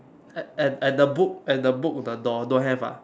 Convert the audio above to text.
at at at the book at the book the door don't have ah